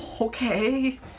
Okay